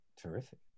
Terrific